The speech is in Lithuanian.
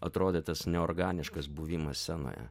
atrodė tas neorganiškas buvimas scenoje